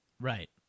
Right